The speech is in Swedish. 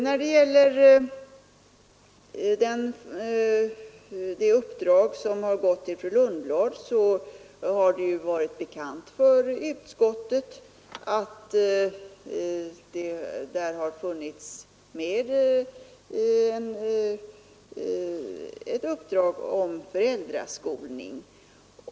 När det gäller det uppdrag beträffande uppsökande verksamhet som har gått till fru Lundblad har det ju varit bekant för utskottet att där har funnits med ett uppdrag om föräldraskolning.